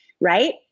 right